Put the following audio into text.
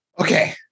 Okay